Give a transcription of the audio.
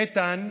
איתן,